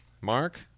Mark